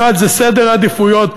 אחת, זה סדר עדיפויות,